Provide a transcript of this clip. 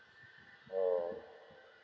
oh